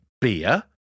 beer